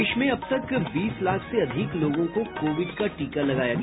देश में अब तक बीस लाख से अधिक लोगों को कोविड का टीका लगाया गया